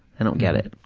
i don't get it.